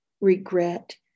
regret